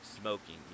smoking